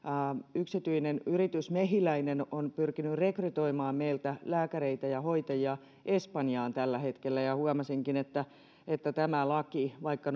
yksityinen yritys mehiläinen on pyrkinyt rekrytoimaan meiltä lääkäreitä ja hoitajia espanjaan tällä hetkellä huomasinkin että että tässä laissa vaikka